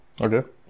Okay